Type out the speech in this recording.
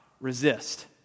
resist